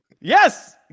Yes